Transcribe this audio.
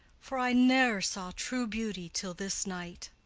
for i ne'er saw true beauty till this night.